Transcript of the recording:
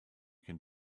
can